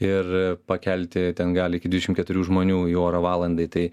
ir pakelti ten gali iki dvidešimt keturių žmonių į orą valandai tai